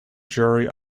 jury